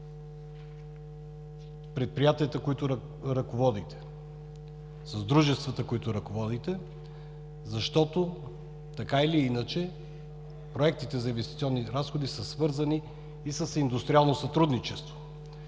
предприятията, които ръководите, с дружествата, които ръководите, защото така или иначе проектите за инвестиционни разходи са свързани и с индустриално сътрудничество.